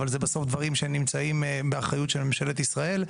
אבל זה בסוף דברים שנמצאים באחריות של ממשלת ישראל.